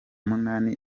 munani